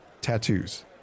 tattoos